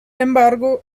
embargo